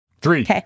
Three